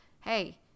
Hey